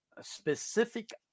specific